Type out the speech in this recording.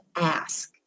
ask